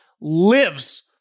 lives